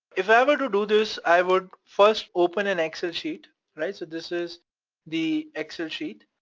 if i were to do this, i would first open an excel sheet, right? so this is the excel sheet.